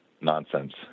nonsense